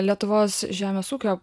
lietuvos žemės ūkio